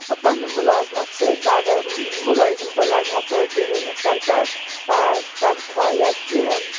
پَننہِ مُلازمَت سۭتۍ بہٕ اَگر مُلٲزِم بہٕ لَگہٕ ہہَ توتہِ دِی ہے مےٚ سَرکار تَنخواہ یا کینٛہہ